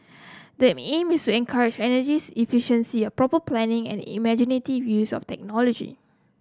the aim is to encourage energies efficiency proper planning and imaginative use of technology